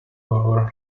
our